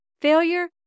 Failure